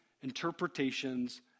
interpretations